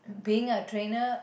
being a trainer